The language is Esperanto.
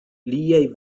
liaj